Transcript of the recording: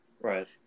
Right